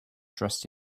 dressed